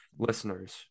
listeners